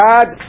God